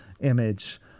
image